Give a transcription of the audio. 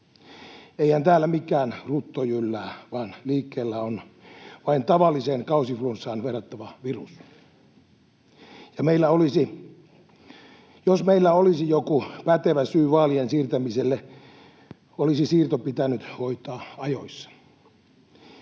Eihän täällä mikään rutto jyllää, vaan liikkeellä on vain tavalliseen kausiflunssaan verrattava virus. Jos meillä olisi joku pätevä syy vaalien siirtämiselle, olisi siirto pitänyt hoitaa ajoissa,